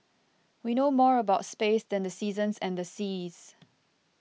we know more about space than the seasons and the seas